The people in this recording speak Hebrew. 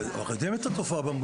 אנחנו יודעים את התופעה.